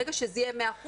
ברגע שזה יהיה 100%,